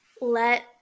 let